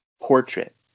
portrait